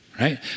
right